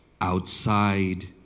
outside